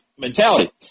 mentality